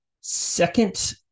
second